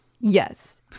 Yes